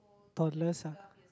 toddlers ah